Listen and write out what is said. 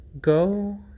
go